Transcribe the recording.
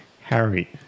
Harry